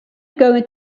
going